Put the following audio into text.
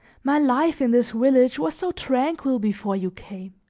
my life in this village was so tranquil before you came!